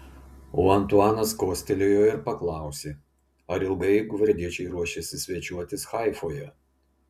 o antuanas kostelėjo ir paklausė ar ilgai gvardiečiai ruošiasi svečiuotis haifoje